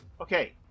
Okay